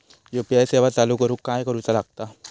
UPI सेवा चालू करूक काय करूचा लागता?